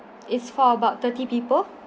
it's for about thirty people